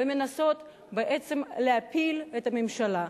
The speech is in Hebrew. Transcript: ומנסה להפיל את הממשלה,